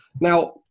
Now